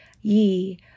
Ye